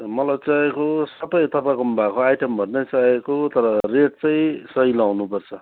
मलाई चाहिएको सबै तपाईँकोमा भएको आइटमहरू नै चाहिएको तर रेट चाहिँ सही लगाउनुपर्छ